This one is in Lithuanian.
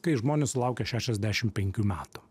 kai žmonės sulaukia šešiasdešim penkių metų